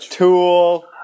tool